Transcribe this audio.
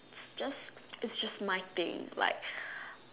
just is just my thing like